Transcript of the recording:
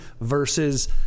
versus